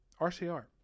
RCR